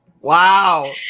Wow